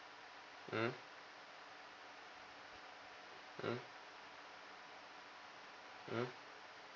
mm mm mm